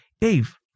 Dave